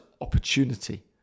opportunity